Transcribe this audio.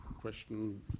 question